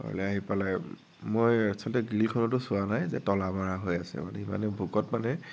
ঘৰলে আহি পেলাই মই আচলতে গ্ৰীলখনতো চোৱা নাই যে তলা মাৰা হৈ আছে মানে ইমানেই ভোকত মানে